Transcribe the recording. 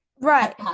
right